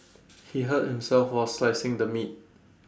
he hurt himself while slicing the meat